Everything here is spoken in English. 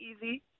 easy